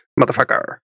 motherfucker